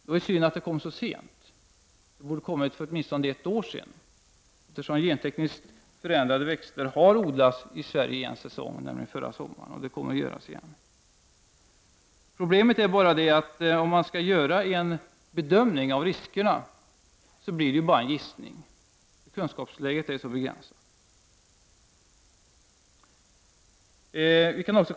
Det är synd att det kom så sent, det borde ha kommit åtminstone för ett år sedan, eftersom gentekniskt förändrade växter har odlats i Sverige en säsong, nämligen förra sommaren, och kommer att odlas igen. Problemet är bara att om man skall begära en bedömning av riskerna blir det en gissning. Kunskaperna är begränsade.